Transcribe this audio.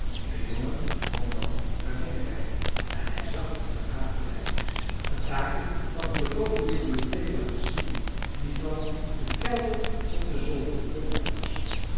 de jongen kon dan naar binnen kijken en hij zag dat de raaf gelijk had bataki had hem de groote bibliotheek laten zien die van den kelder tot den zolder vol boeken was